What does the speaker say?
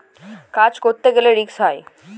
কাজ করতে হলে রিস্ক হয়